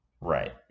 Right